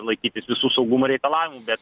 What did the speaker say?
laikytis visų saugumo reikalavimų bet